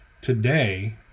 Today